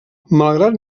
malgrat